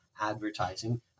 advertising